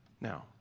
Now